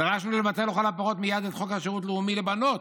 דרשנו לבטל לכל הפחות מייד את חוק השירות הלאומי לבנות,